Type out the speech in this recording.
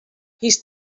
his